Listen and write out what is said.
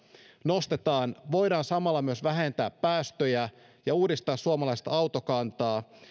nostetaan voidaan vähentää päästöjä ja uudistaa suomalaista autokantaa